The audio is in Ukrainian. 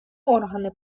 органи